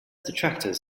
detractors